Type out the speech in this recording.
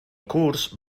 curs